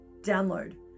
download